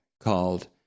called